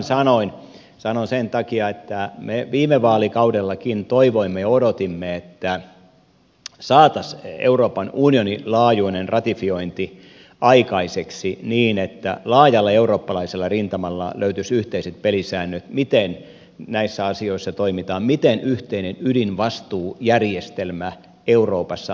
sanoin tämän sen takia että me viime vaalikaudellakin toivoimme ja odotimme että saataisiin euroopan unionin laajuinen ratifiointi aikaiseksi niin että laajalla eurooppalaisella rintamalla löytyisi yhteiset pelisäännöt miten näissä asioissa toimitaan mille periaatteelle yhteinen ydinvastuujärjestelmä euroopassa rakentuisi